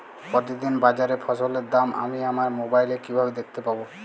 প্রতিদিন বাজারে ফসলের দাম আমি আমার মোবাইলে কিভাবে দেখতে পাব?